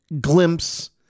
glimpse